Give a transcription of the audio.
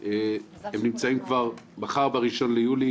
נמצאים כבר מחר ב-1 ליולי,